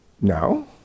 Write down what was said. No